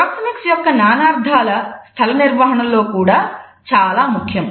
proxemics యొక్క నానార్ధాలు స్థల నిర్వహణలో కూడా చాలా ముఖ్యం